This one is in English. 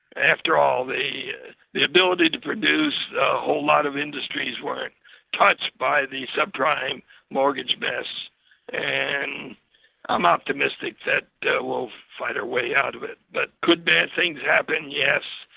after all, the the ability to produce a whole lot of industries were touched by the subprime mortgage mess and i'm optimistic that that we'll find a way out of it. but could bad things happen? yes.